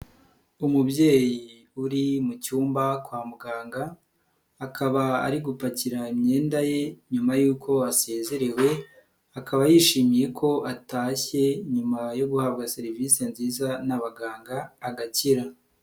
Umubyeyi uri mu cyumba kwa muganga akaba ari gupakira imyenda ye nyuma y'uko asezerewe akaba yishimiye ko atashye nyuma yo guhabwa serivisi nziza n'abaganga agakira.